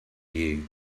you